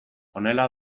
honela